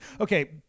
okay